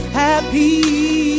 happy